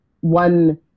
one